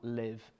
live